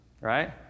right